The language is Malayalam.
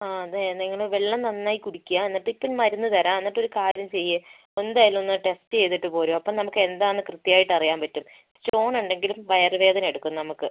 ആ അതെ നിങ്ങൾ വെള്ളം നന്നായി കുടിക്കുക എന്നിട്ടേ ഇപ്പം മരുന്ന് തരാം എന്നിട്ടൊരു കാര്യം ചെയ്യു എന്തായാലും ഒന്ന് ടെസ്റ്റ് ചെയ്തിട്ട് പോരൂ അപ്പം നമുക്ക് എന്താന്ന് കൃത്യമായിട്ട് അറിയാൻ പറ്റും സ്റ്റോണുണ്ടെങ്കിലും വയർ വേദന എടുക്കും നമുക്ക്